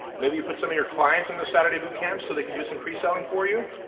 maybe you put some of your clients on the saturday boot camp so they can do some pre-selling for you?